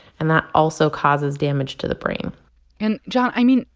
and that also causes damage to the brain and, jon, i mean,